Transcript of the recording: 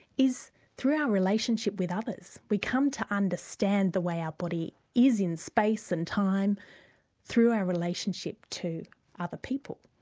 is through our relationship with others, we come to understand the way our body is in space and time through our relation to other people.